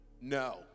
No